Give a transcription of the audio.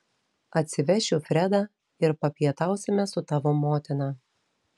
atsivešiu fredą ir papietausime su tavo motina